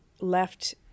left